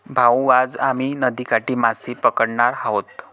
भाऊ, आज आम्ही नदीकाठी मासे पकडणार आहोत